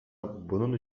bunun